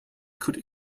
could